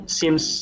seems